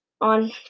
on